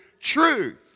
truth